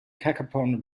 cacapon